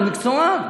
הוא מקצוען.